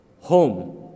Home